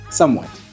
somewhat